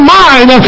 mind